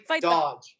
dodge